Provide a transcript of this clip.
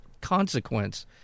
consequence